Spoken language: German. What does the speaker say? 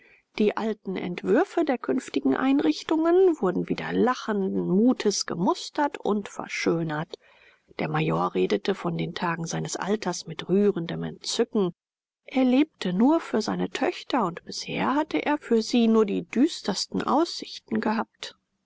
die alten entwürfe der künftigen einrichtungen wurden wieder lachenden mutes gemustert und verschönert der major redete von den tagen seines alters mit rührendem entzücken er lebte nur für seine töchter und bisher hatte er für sie nur die düstersten aussichten gehabt